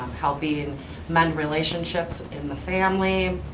helping mend relationships in the family.